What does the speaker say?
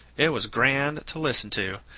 it was grand to listen to,